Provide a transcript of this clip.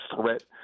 threat